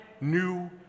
new